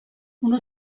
uno